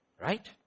Right